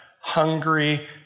hungry